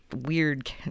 weird